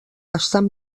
estan